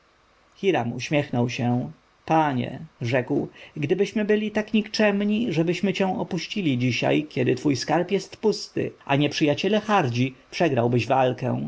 hiram uśmiechnął się panie rzekł gdybyśmy byli tak nikczemni żebyśmy cię opuścili dzisiaj kiedy twój skarb jest pusty a nieprzyjaciele hardzi przegrałbyś walkę